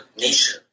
nation